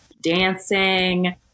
dancing